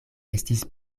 estis